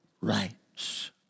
rights